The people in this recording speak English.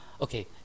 okay